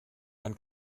man